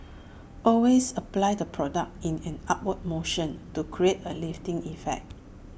always apply the product in an upward motion to create A lifting effect